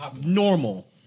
normal